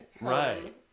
Right